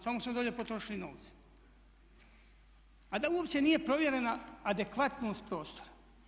Tamo smo dolje potrošili novce, a da uopće nije provjerena adekvatnost prostora.